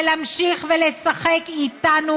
זה להמשיך ולשחק איתנו,